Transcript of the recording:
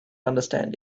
understand